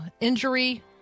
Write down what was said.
injury